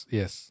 yes